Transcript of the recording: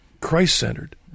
Christ-centered